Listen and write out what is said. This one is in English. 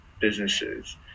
businesses